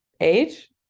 age